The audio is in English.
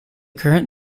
current